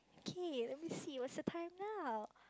K let me see what's the time now